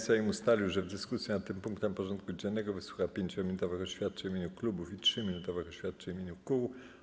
Sejm ustalił, że w dyskusji nad tym punktem porządku dziennego wysłucha 5-minutowych oświadczeń w imieniu klubów i 3-minutowych oświadczeń w imieniu kół.